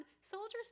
soldiers